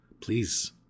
please